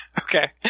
Okay